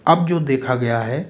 अब जो देखा गया है